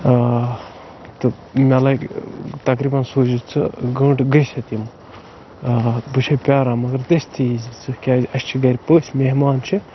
آ تہٕ مےٚ لگہِ تقریٖباً سوٗزِ ژٕ گٲنٛٹہٕ گٔژھِتھ یِمہٕ آ بہٕ چھُسَے پیٛاران مگر دٔستی ییٖزِ ژٕ کیازِ اَسہِ چھِ گرِ پٔژھۍ مہمان چھِ